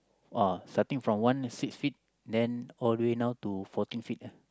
!wah! starting from one six feet then all the way now to fourteen feet ah